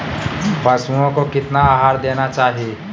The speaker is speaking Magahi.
पशुओं को कितना आहार देना चाहि?